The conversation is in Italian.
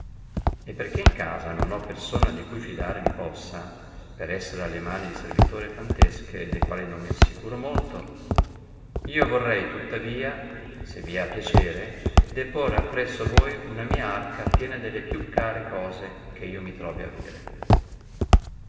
e perchè in casa non ho persona di cui fidare mi possa per essere alle mani di servitori e fantesche de quali non mi assicuro molto io vorrei tuttavia se vi è a piacere deporre appresso voi una mia arca piena delle più care cose che io mi trovi avere